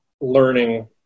learning